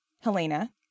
Helena